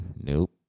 Nope